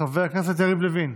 חבר הכנסת יריב לוין,